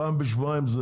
פעם בשבועיים.